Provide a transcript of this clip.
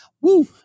Woo